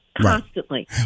constantly